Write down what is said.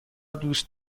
دوست